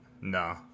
No